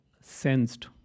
sensed